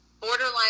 borderline